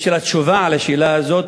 ושל התשובה על השאלה הזאת,